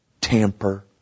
tamper